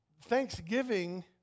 thanksgiving